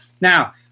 Now